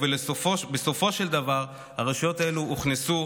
ובסופו של דבר הרשויות האלה הוכנסו,